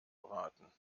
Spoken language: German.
braten